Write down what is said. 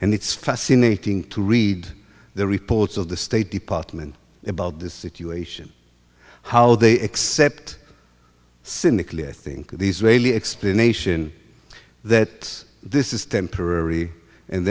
and it's fascinating to read the reports of the state department about the situation how they accept cynically i think the israeli explanation that this is temporary and